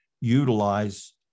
utilize